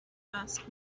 asked